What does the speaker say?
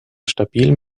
stabilen